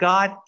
God